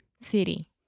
City